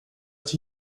att